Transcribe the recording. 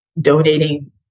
donating